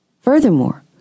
Furthermore